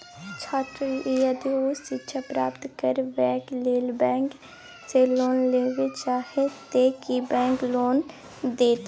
छात्र यदि उच्च शिक्षा प्राप्त करबैक लेल बैंक से लोन लेबे चाहे ते की बैंक लोन देतै?